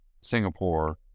Singapore